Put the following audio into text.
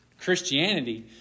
Christianity